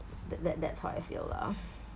that that that's how I feel lah